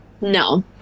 No